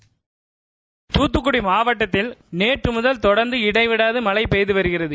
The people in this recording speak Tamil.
துக்துக்குடி மாவட்டத்தில் நேற்று முதல் தொடர்ந்து இடைவிடாது மழை பெய்து வருகிறது